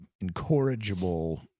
incorrigible